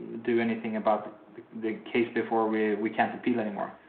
do anything about the case before we we can't appeal anymore.